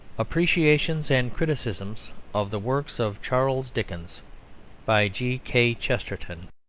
appreciations and criticisms of the works of charles dickens by g. k. chesterton